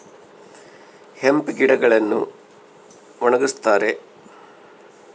hemp ಗಿಡಗಳನ್ನು ಒಣಗಸ್ತರೆ